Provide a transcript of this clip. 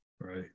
Right